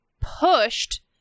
pushed